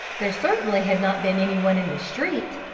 there certainly had not been any one in the street,